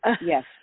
Yes